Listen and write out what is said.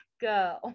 go